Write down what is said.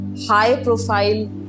high-profile